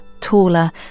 taller